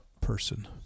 person